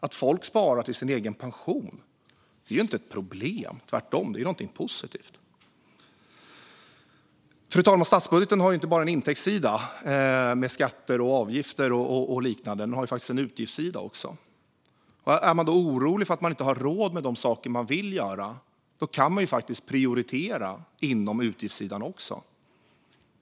Att folk sparar till sin egen pension är inte ett problem utan tvärtom någonting positivt. Fru talman! Statsbudgeten har inte bara en intäktssida med skatter, avgifter och liknande. Den har faktiskt en utgiftssida också. Är man då orolig för att man inte har råd med de saker man vill göra kan man faktiskt prioritera även inom utgiftssidan.